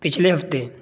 پچھلے ہفتے